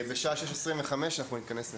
בשעה 18:25 אנחנו נתכנס להמשך